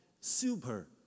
Super